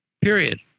period